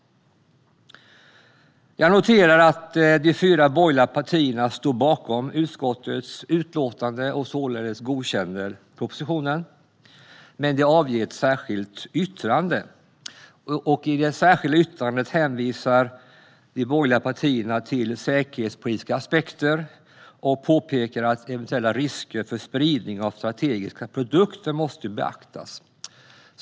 Jag noterar att de fyra borgerliga partierna står bakom utskottets utlåtande och således tillstyrker förslaget men att de avger ett särskilt yttrande. I det särskilda yttrandet hänvisar de borgerliga partierna till säkerhetspolitiska aspekter och påpekar att eventuella risker för spridning av strategiska produkter måste beaktas.